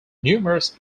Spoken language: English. numerous